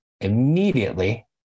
immediately